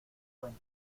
buen